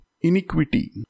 Iniquity